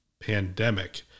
pandemic